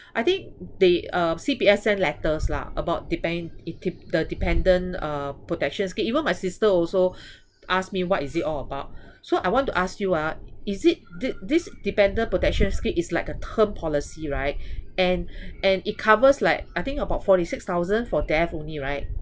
I think they uh C_P_F send letters lah about depend~ the dependent uh protection scheme even my sister also ask me what is it all about so I want to ask you ah is it did this dependent protection scheme is like a term policy right and and it covers like I think about forty six thousand for death only right